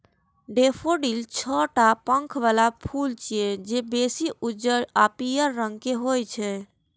daffodil छह टा पंख बला फूल छियै, जे बेसी उज्जर आ पीयर रंग के होइ छै